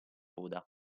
coda